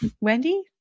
Wendy